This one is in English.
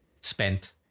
spent